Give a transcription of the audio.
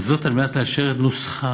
וזאת על מנת לאשר את נוסחם.